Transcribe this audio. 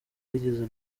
rwigeze